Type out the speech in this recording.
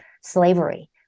slavery